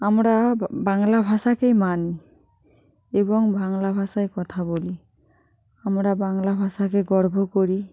আমরা বাংলা ভাষাকেই মানি এবং বাংলা ভাষায় কথা বলি আমরা বাংলা ভাষাকে গর্ব করি